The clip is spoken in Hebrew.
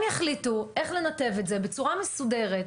הם יחליטו איך לנתב את זה בצורה מסודרת,